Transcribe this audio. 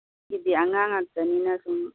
ꯁꯤꯗꯤ ꯑꯉꯥꯡ ꯉꯥꯛꯇꯅꯤꯅ ꯁꯨꯝ